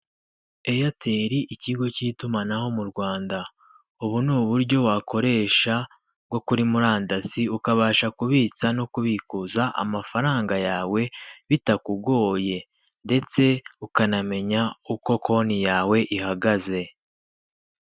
Eyateli ikigo cy'itumanaho mu Rwanda. Ubu ni uburyo wakoresha bwo kuri murandasi ukabasha kubitsa no kubikuza amafaranga yawe bitakugoye, ndetse ukanamenya uko konti yawe ihagaze